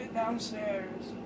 downstairs